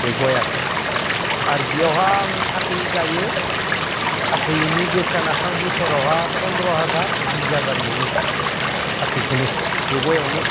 बे गयखौ आरो बेयावहाय आं फाथै गायो फाथैनि बेसेनखौ आं बोसोरावहाय फन्द्र' हाजार बिस हाजार मोनो फाथैखोनो बे गयावनो